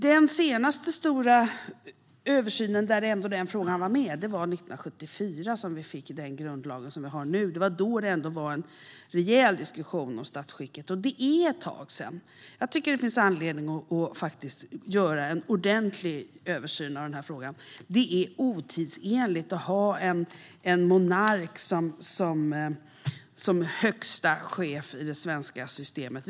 Den senaste stora översynen där frågan var med skedde 1974, då vi fick den grundlag vi har nu. Det var då en rejäl diskussion om statsskicket, och det är ett tag sedan. Jag tycker att det finns anledning att faktiskt göra en ordentlig översyn av frågan. Det är otidsenligt att ha en monark som högsta chef i det svenska systemet.